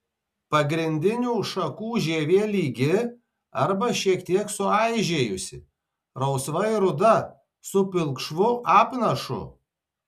pagrindinių šakų žievė lygi arba šiek tiek suaižėjusi rausvai ruda su pilkšvu apnašu